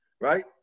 right